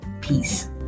peace